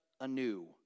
anew